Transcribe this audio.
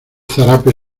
zarape